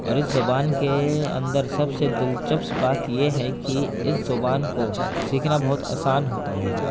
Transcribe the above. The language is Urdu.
اور اس زبان کے اندر سب سے دلچسپ بات یہ ہے کہ اس زبان کو سیکھنا بہت آسان ہوتا ہیں